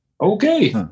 okay